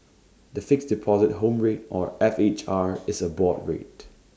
the Fixed Deposit Home Rate or F H R is A board rate